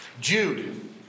Jude